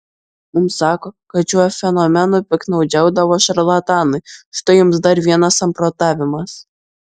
mums sako kad šiuo fenomenu piktnaudžiaudavo šarlatanai štai jums dar vienas samprotavimas